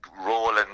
rolling